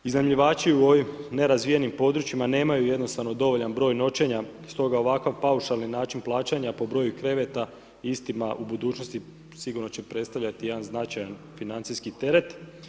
Iznajmljivači u ovim nerazvijenim područjima nemaju jednostavno dovoljan broj noćenja stoga ovakav paušalni način plaćanja po broju kreveta istima u budućnosti sigurno će predstavljati jedan značajan financijski teret.